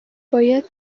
باید